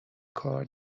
کار